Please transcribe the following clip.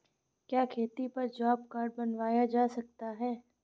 क्या खेती पर जॉब कार्ड बनवाया जा सकता है?